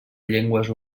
llengües